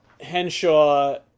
Henshaw